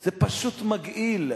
זה פשוט מגעיל.